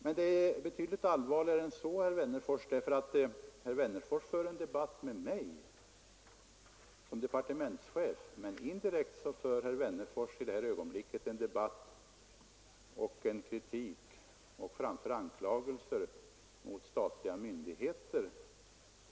Men det är betydligt allvarligare än så — herr Wennerfors för en debatt med mig som departementschef, men indirekt framför herr Wennerfors i detta ögonblick kritik och anklagelser mot en lång rad statliga myndigheter.